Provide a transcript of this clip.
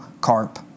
carp